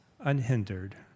unhindered